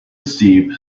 steep